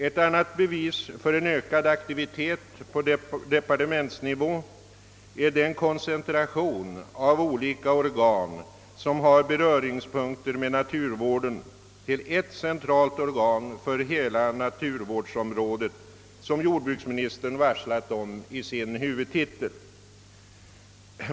| Ett annat bevis för ökad aktivitet på departementsnivå är den koncentration av olika organ, som har beröringspunkter med naturvården, till ett centralt organ för hela naturvårdsområdet, som jordbruksministern har varslat om i sin huvudtitel.